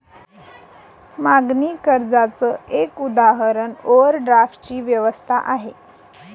मागणी कर्जाच एक उदाहरण ओव्हरड्राफ्ट ची व्यवस्था आहे